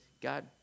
God